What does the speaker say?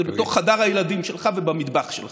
עד שאתה יכול לעשות את זה בתוך חדר הילדים שלך ובמטבח שלך.